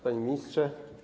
Panie Ministrze!